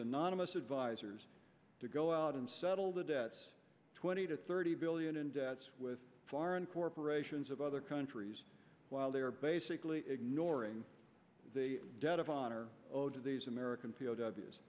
anonymous advisors to go out and settle the debts twenty to thirty billion in debts with foreign corporations of other countries while they're basically ignoring the debt of honor owed to these american p